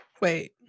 wait